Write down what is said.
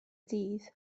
dydd